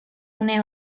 une